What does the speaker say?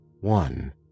One